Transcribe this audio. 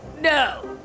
No